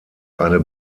eine